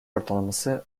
ortalaması